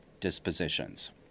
dispositions